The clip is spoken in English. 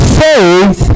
faith